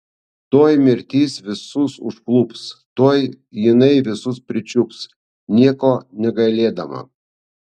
tuoj mirtis visus užklups tuoj jinai visus pričiups nieko negailėdama